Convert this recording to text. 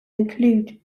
include